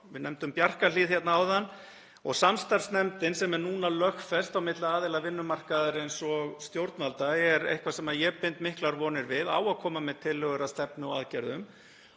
Við nefndum Bjarkarhlíð hérna áðan og samstarfsnefndin, sem er núna lögfest, á milli aðila vinnumarkaðarins og stjórnvalda, sem er eitthvað sem ég bind miklar vonir við, á að koma með tillögur að stefnu og aðgerðum